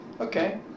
Okay